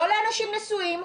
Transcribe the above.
לא לאנשים נשואים,